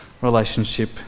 relationship